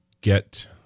get